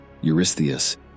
Eurystheus